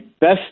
best